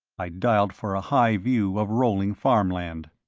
i dialed for a high view of rolling farmland.